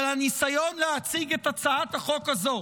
אבל הניסיון להציג את הצעת החוק הזאת